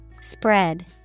Spread